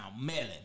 melon